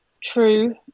true